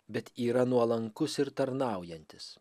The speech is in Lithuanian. bet yra nuolankus ir tarnaujantis